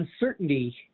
uncertainty